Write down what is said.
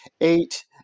eight